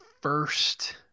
first